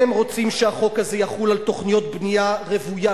הם רוצים שהחוק הזה יחול על תוכניות בנייה רוויה,